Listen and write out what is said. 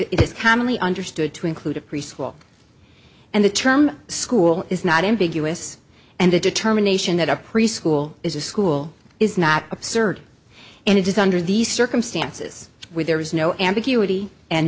commonly understood to include a preschool and the term school is not ambiguous and the determination that a preschool is a school is not absurd and it is under these circumstances where there is no ambiguity and